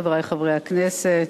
חברי חברי הכנסת,